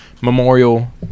Memorial